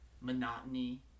monotony